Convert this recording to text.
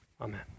Amen